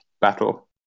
battle